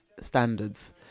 standards